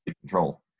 control